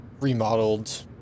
remodeled